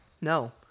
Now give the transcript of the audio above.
No